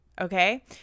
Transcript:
Okay